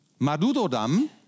Madudodam